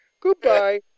Goodbye